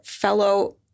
fellow